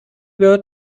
were